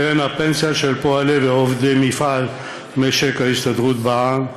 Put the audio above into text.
קרן הפנסיה של פועלי ועובדי מפעלי משק ההסתדרות בע"מ",